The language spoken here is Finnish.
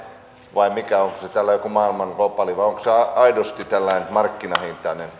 vai mikä onko se joku tällainen maailman globaali hinta vai onko se aidosti markkinahintainen